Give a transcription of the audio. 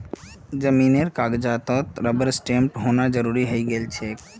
जमीनेर कागजातत रबर स्टैंपेर होना जरूरी हइ गेल छेक